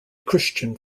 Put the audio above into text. christian